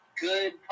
good